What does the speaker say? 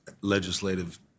legislative